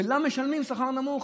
שלה משלמים שכר נמוך,